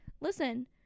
listen